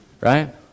right